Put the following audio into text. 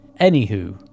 Anywho